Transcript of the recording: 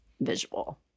visual